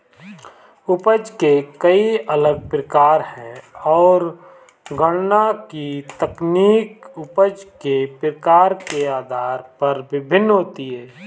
उपज के कई अलग प्रकार है, और गणना की तकनीक उपज के प्रकार के आधार पर भिन्न होती है